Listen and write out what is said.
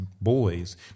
boys